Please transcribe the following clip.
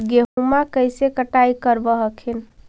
गेहुमा कैसे कटाई करब हखिन?